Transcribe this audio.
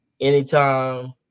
Anytime